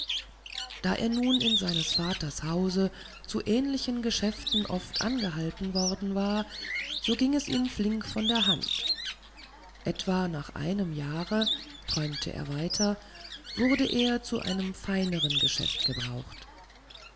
da er nun in seines vaters hause zu ähnlichen geschäften oft angehalten worden war so ging es ihm flink von der hand etwa nach einem jahre träumte er weiter wurde er zu einem feineren geschäft gebraucht